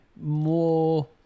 more